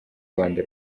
rwanda